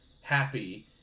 happy